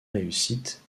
réussite